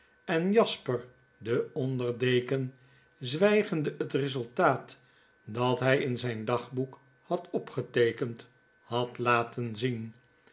en jasper den onderdeken zwijgende het resultaat dat hy in zyn dagboek had opgeteekend had laten zien